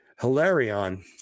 Hilarion